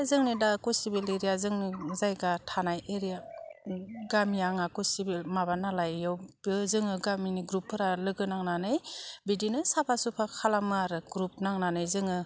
जोंनि दा खसिबिल एरिया जोंनि जायगा थानाय एरिया गामिया आङा खुसिबिल माबा नालाय बेयावबो जोङो गामिनि ग्रुपफोरा लोगो नांनानै बिदिनो साफा सुफा खालामो आरो ग्रुप नांनानै जोङो